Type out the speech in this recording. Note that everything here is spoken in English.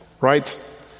right